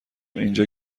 اینجا